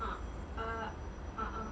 uh uh a'ah